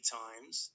times